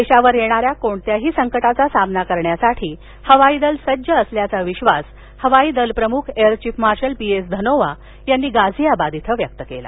देशावर येणाऱ्या कोणत्याही संकटाचा सामना करण्यासाठी हवाई दल सज्ज असल्याचा विश्वास हवाई दल प्रमुख air chief marshal B S Dhanoa यांनी गाझियाबाद इथं व्यक्त केला